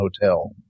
Hotel